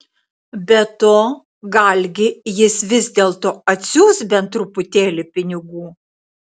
be to galgi jis vis dėlto atsiųs bent truputėlį pinigų